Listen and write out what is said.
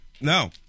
No